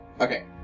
Okay